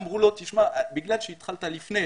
אמרו לו שבגלל שהוא התחיל לפני